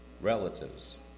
relatives